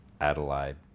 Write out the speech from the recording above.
Adelaide